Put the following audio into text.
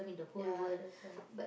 ya that's why